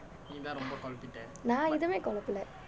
நான் ஏதுமே குழப்பலே:naan ethume kulappalae